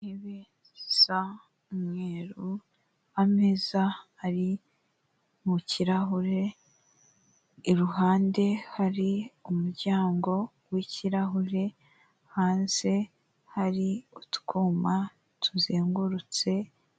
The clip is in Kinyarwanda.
Intebe z'umweru, ameza ari mu kirahure, iruhande hari umuryango wikirahure, hanze hari utwuma tuzengurutse.